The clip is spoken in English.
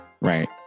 right